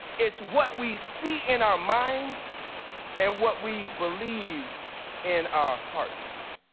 it's what we see in our minds and what we believe in our hearts.